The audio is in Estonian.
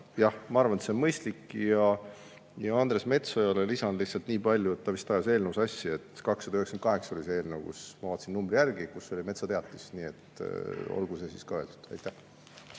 Jah, ma arvan, et see on mõistlik. Andres Metsojale lisan lihtsalt niipalju, et ta vist ajas eelnõud sassi. 298 oli see eelnõu, ma vaatasin numbri järgi, kus oli metsateatis. Nii et olgu see siis ka öeldud. Aitäh!